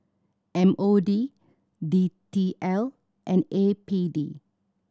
M O D D T L and A P D